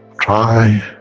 try